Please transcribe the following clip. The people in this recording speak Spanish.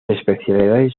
especialidades